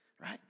right